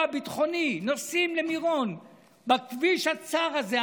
ביטחוני ונוסעים למירון בכביש הצר הזה,